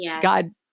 God